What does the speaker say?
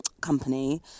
company